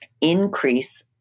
increase